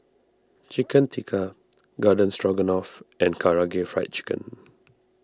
Chicken Tikka Garden Stroganoff and Karaage Fried Chicken